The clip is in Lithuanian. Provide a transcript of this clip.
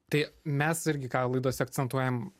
tai mes irgi ką laidose akcentuojam